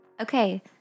Okay